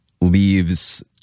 leaves